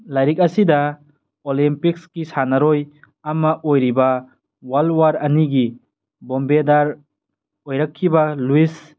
ꯂꯥꯏꯔꯤꯛ ꯑꯁꯤꯗ ꯑꯣꯂꯦꯝꯄꯤꯛꯁꯀꯤ ꯁꯥꯟꯅꯔꯣꯏ ꯑꯃ ꯑꯣꯏꯔꯤꯕ ꯋꯥꯜ ꯋꯥꯔ ꯑꯅꯤꯒꯤ ꯕꯣꯝꯕꯦꯗꯥꯔ ꯑꯣꯏꯔꯛꯈꯤꯕ ꯂꯨꯋꯤꯁ